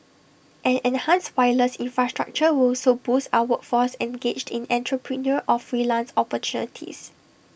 an enhanced wireless infrastructure will also boost our workforce engaged in entrepreneurial or freelance opportunities